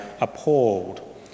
appalled